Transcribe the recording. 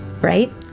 right